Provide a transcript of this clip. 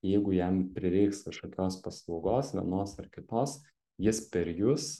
jeigu jam prireiks kažkokios paslaugos vienos ar kitos jis per jus